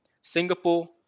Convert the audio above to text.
Singapore